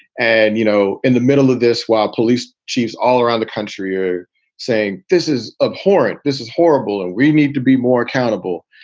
and, you know, in the middle of this, while police chiefs all around the country are saying this is abhorrent, this is horrible, and we need to be more accountable.